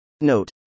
Note